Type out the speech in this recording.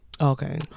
Okay